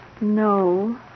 No